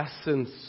essence